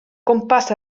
gwmpas